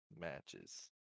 matches